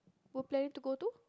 we're planning to go to